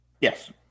Yes